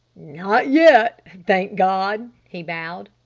not yet thank god! he bowed.